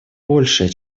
большее